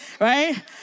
right